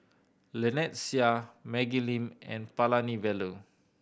Lynnette Seah Maggie Lim and Palanivelu